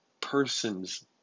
person's